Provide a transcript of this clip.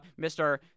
Mr